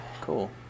cool